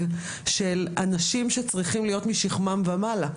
של אנשים שצריכים להיות משכמם ומעלה.